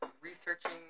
researching